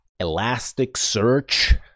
Elasticsearch